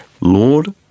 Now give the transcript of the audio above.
Lord